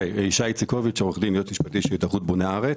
ישי איצקוביץ, היועץ המשפטי של התאחדות בוני הארץ.